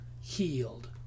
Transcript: healed